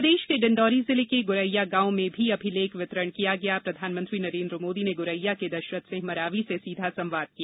प्रदेश के डिण्डोरी जिले के गुरैया गांव में भी अभिलेख वितरण किया गया प्रधानमंत्री नरेंद्र मोदी ने गुरैया के दशरथ सिंह मरावी से सीधा संवाद किया